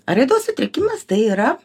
ar raidos sutrikimas tai yra